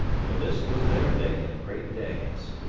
for this was their day of great days.